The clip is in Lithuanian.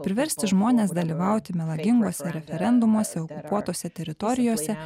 priversti žmones dalyvauti melaginguose referendumuose okupuotose teritorijose